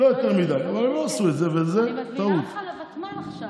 לא יותר מדי, אבל, אני מזמינה אותך לוותמ"ל עכשיו.